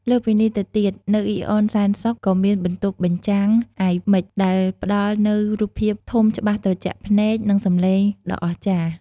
លើសពីនេះទៅទៀត នៅអ៊ីនអនសែនសុខ ក៏មានបន្ទប់បញ្ចាំង អាយមិច ដែលផ្តល់នូវរូបភាពធំច្បាស់ត្រជាក់ភ្នែក និងសម្លេងដ៏អស្ចារ្យ។